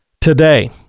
today